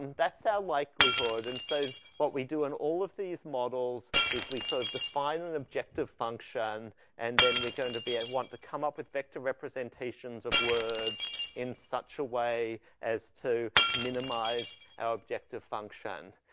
and that's our likelihood and so what we do in all of these models is we sort of define an objective function and then we're going to be, i want to come up with vector representations of words in such a way as to minimize our objective function.